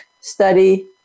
study